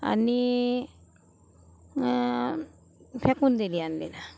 आणि मग फेकून दिली आणलेला